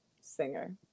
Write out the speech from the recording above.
singer